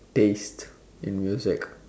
taste in music